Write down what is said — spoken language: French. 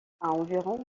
environ